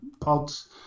pods